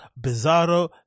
bizarro